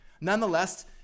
Nonetheless